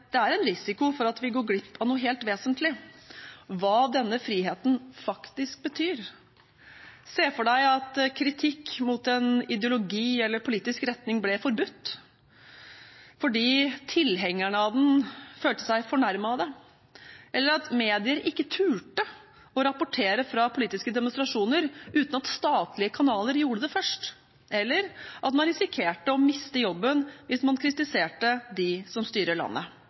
det er en risiko for at vi går glipp av noe helt vesentlig: hva denne friheten faktisk betyr. Man kan se for seg at kritikk mot en ideologi eller politisk retning ble forbudt fordi tilhengerne av den følte seg fornærmet av det, at medier ikke turte å rapportere fra politiske demonstrasjoner uten at statlige kanaler gjorde det først, eller at man risikerte å miste jobben hvis man kritiserte dem som styrer landet.